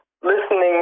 listening